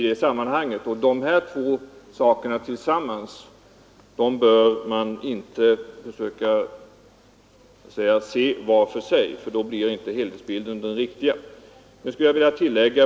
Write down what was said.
Dessa båda omständigheter bör ses tillsammans och inte var och en för sig — annars blir inte helhetsbilden den riktiga.